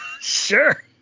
Sure